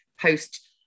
post